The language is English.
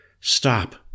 Stop